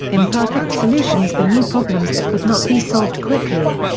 imperfect solutions for new problems that would not be solved quickly.